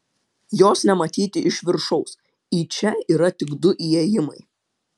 jos nematyti iš viršaus į čia yra tik du įėjimai